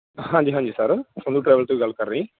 ਹਾਂਜੀ ਹਾਂਜੀ sir Sandhu travel ਤੋਂ ਹੀ ਗੱਲ ਕਰ ਰਹੇ ਹਾਂ ਜੀ